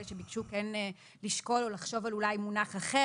שביקשו כן לשקול או לחשוב על אולי מונח אחר.